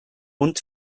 und